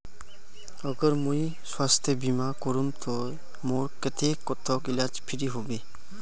अगर मुई स्वास्थ्य बीमा करूम ते मोर कतेक तक इलाज फ्री होबे?